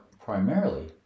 primarily